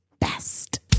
best